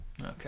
Okay